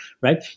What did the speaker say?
right